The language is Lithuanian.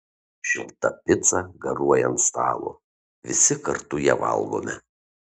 šilta pica garuoja ant stalo visi kartu ją valgome